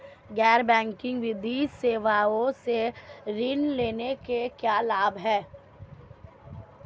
गैर बैंकिंग वित्तीय सेवाओं से ऋण लेने के क्या लाभ हैं?